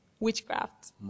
Witchcraft